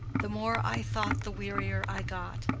the more i thought the wearier i got,